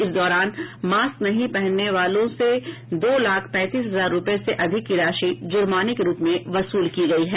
इस दौरान मास्क नहीं पहनने वालों से दो लाख पैंतीस हजार रूपये से अधिक की राशि जूर्माने के रूप में वसूल की गयी है